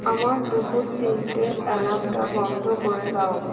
আমার দুপুর তিনটে অ্যালার্মটা বন্ধ করে দাও